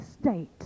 state